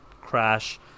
crash